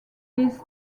this